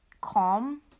calm